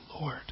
Lord